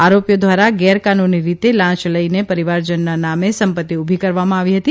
આરોપીઓ દ્વારા ગેરકાનુની રીતે લાંચ લઇને પરિવારજનના નામે સંપત્તિ ઉભી કરવામાં આવતી હતી